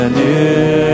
new